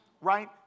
right